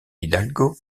hidalgo